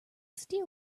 steel